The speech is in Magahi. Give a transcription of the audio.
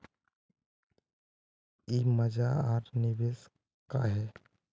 ई जमा आर निवेश का है?